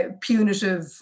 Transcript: punitive